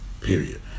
period